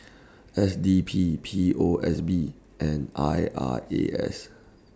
S D P P O S B and I R A S